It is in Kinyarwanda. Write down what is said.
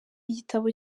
igitabo